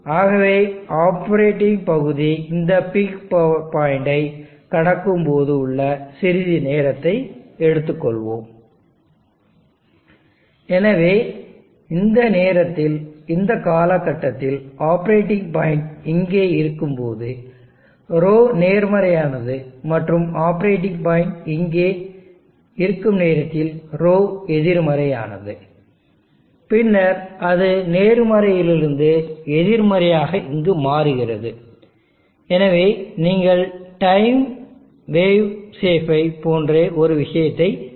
ஆகவே ஆப்பரேட்டிங் பகுதி இந்த பீக் பவர் பாயிண்ட்டை கடக்கும்போது உள்ள சிறிது நேரத்தை எடுத்துக்கொள்வோம் எனவே இந்த நேரத்தில் இந்த காலகட்டத்தில்ஆப்பரேட்டிங் பாயிண்ட் இங்கே இருக்கும்போது ρ நேர்மறையானது மற்றும் ஆப்பரேட்டிங் பாயிண்ட் இங்கே இருக்கும் நேரத்தில் ρ எதிர்மறையானது பின்னர் அது நேர்மறையிலிருந்து எதிர்மறையாக இங்கு மாறுகிறது எனவே நீங்கள் டைம் வேவ் சேப்பை போன்ற ஒரு விஷயத்தை பெறுவீர்கள்